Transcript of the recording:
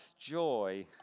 joy